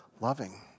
loving